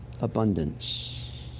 abundance